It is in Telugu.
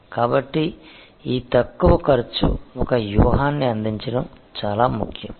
కాబట్టి ఈ తక్కువ ఖర్చు ఒక వ్యూహాన్ని అందించడం చాలా ముఖ్యం